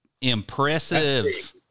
impressive